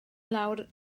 lawr